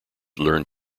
learned